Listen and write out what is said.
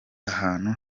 ahantu